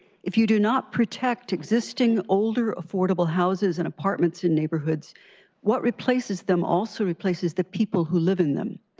if you do not protect existing older affordable houses and apartments in neighborhoods and what replaces them also replaces the people who live in them.